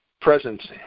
presence